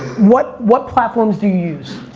what what platforms do you use?